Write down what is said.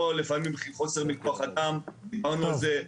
לפעמים מחוסר של כוח אדם, דיברנו על זה.